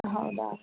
ಹೌದಾ